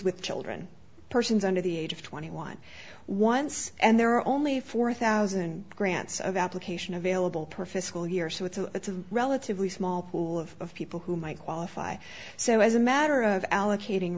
with children persons under the age of twenty one once and there are only four thousand grants of application available for fiscal year so it's a relatively small pool of people who might qualify so as a matter of allocating